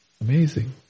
Amazing